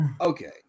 okay